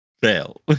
Fail